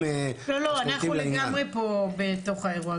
--- לא אנחנו לגמרי פה בתוך האירוע.